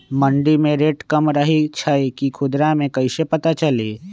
मंडी मे रेट कम रही छई कि खुदरा मे कैसे पता चली?